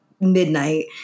midnight